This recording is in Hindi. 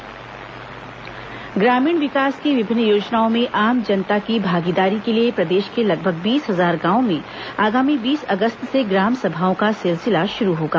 ग्राम सभा ग्रामीण विकास की विभिन्न योजनाओं में आम जनता की भागीदारी के लिए प्रदेश के लगभग बीस हजार गांवों में आगामी बीस अगस्त से ग्राम सभाओं का सिलसिला शुरू होगा